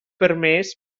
permès